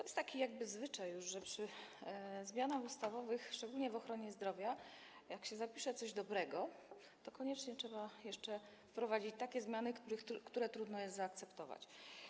Jest już taki zwyczaj, że przy zmianach ustawowych, szczególnie w ochronie zdrowia, jak się zapisze coś dobrego, to koniecznie trzeba jeszcze wprowadzić takie zmiany, które trudno jest zaakceptować.